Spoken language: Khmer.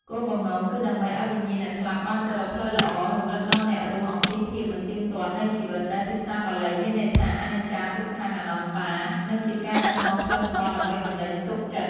គោលបំណងគឺដើម្បីឲ្យវិញ្ញាណអ្នកស្លាប់បានទៅរកផ្លូវល្អ រំលឹកដល់អ្នករស់អំពីភាពមិនទៀងទាត់នៃជីវិត ដែលភាសាបាលីមានន័យថា អនិច្ចា ទុក្ខ អនត្តា និងជាការដឹកនាំផ្លូវធម៌ដើម្បីបណ្ដេញទុក្ខចិត្ត។